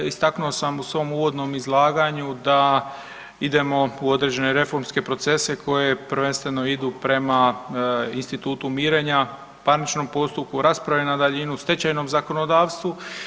Istaknuo sam u svom uvodnom izlaganju da idemo u određene reformske procese koji prvenstveno idu prema institutu mirenja, parničnom postupku, rasprave na daljinu, stečajnom zakonodavstvu.